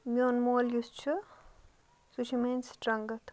میٛون مول یُس چھُ سُہ چھُ میٛٲنۍ سِٹرٛنٛگٕتھ